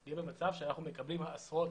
נהיה במצב שאנחנו מקבלים עשרות,